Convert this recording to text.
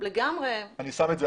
אני שם את זה